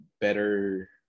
better